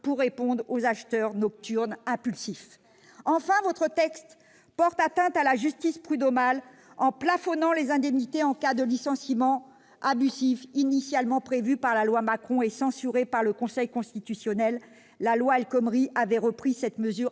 pour répondre aux désirs des acheteurs nocturnes impulsifs ! Enfin, votre texte porte atteinte à la justice prud'homale en plafonnant les indemnités en cas de licenciement abusif. Initialement prévue par la loi Macron et censurée par le Conseil constitutionnel, la loi El Khomri avait repris cette mesure